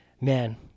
man